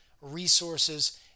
resources